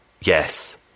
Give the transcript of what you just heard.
yes